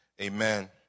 Amen